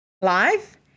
live